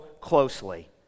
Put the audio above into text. closely